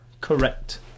correct